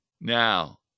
Now